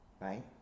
right